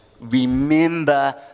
Remember